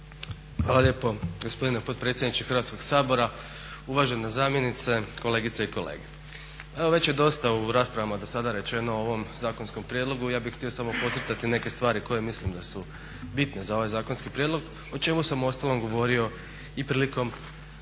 Hvala lijepo gospodine potpredsjedniče Hrvatskog sabora, uvažena zamjenice, kolegice i kolege. Pa evo već je dosta u raspravama dosada rečeno o ovom zakonskom prijedlogu, ja bih htio samo podcrtati neke stvari koje mislim da su bitne za ovaj zakonski prijedlog o čemu sam u ostalom i govorio i prilikom